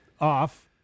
off